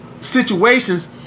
situations